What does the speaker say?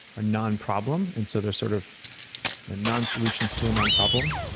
a non problem. and so there's sort of a non-solutions to a non-problem.